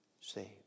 saved